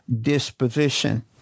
disposition